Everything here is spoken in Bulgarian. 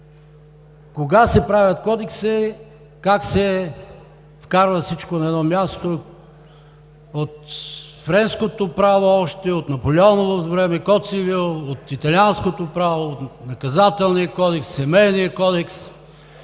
кога се правят кодекси, как се вкарва всичко на едно място – от френското право още, от Наполеоново време – Code civil, от италианското право, от Наказателния кодекс, Семейния кодекс